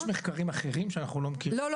יש מחקרים אחרים שאנחנו לא מכירים?